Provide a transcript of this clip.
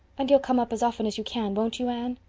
and you'll come up as often as you can, won't you, anne?